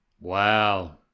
Wow